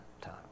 time